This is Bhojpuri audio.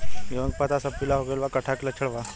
गेहूं के पता सब पीला हो गइल बा कट्ठा के लक्षण बा?